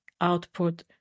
output